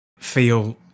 feel